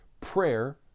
prayer